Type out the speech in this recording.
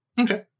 Okay